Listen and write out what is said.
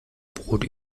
brot